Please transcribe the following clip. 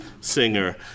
singer